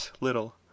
little